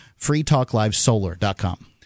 freetalklivesolar.com